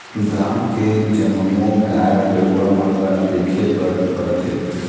गाँव के जम्मो गाय गरूवा मन ल देखे बर परथे